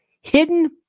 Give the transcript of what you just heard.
Hidden